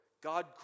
God